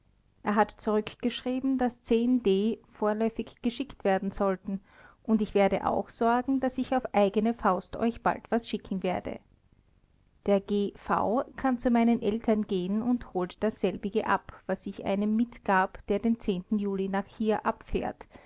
er hat zurückgeschrieben daß d vorläufig geschickt werden sollen und ich werde auch sorgen daß ich auf eigene faust euch bald was schicken werde der g v kann zu meinen eltern gehen und holt dasselbige ab was ich einem mitgab der den juli nach hier abfährt